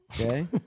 Okay